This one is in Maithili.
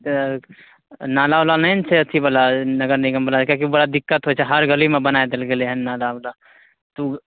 तऽ नाला ओला नहि ने छै अथी बाला नगर निगम बाला किएकि बड़ा दिक्कत होइ छै किएकि हर गलीमे बनाए देल गेलै हन नाला ओला तऽ